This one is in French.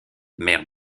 mère